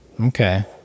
okay